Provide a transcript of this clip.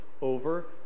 over